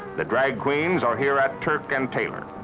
the drag queens are here at turk and taylor.